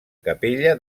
capella